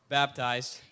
baptized